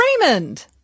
Raymond